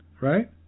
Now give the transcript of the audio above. right